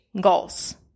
goals